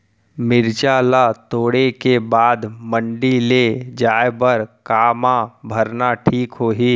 मिरचा ला तोड़े के बाद मंडी ले जाए बर का मा भरना ठीक होही?